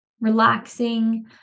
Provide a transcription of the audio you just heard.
relaxing